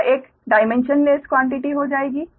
यह एक dimensionless quantity हो जाएगी